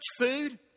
food